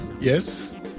Yes